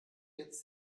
jetzt